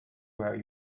were